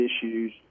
issues